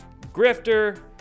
Grifter